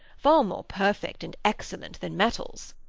far more perfect and excellent than metals.